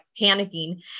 panicking